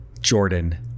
Jordan